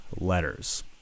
letters